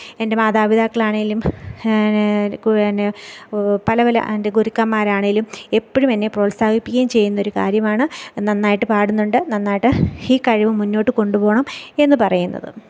എൻ്റെ മാതാപിതാക്കൾ ആണെങ്കിലും പല പല എൻ്റെ ഗുരുക്കൻമാർ ആണെങ്കിലും എപ്പോഴും എന്നെ പ്രോത്സാഹിപ്പിക്കുകയും ചെയ്യുന്നൊരു കാര്യമാണ് നന്നായിട്ട് പാടുന്നുണ്ട് നന്നായിട്ട് ഈ കഴിവ് മുന്നോട്ട് കൊണ്ടുപോവണം എന്ന് പറയുന്നത്